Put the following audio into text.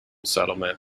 settlement